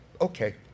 Okay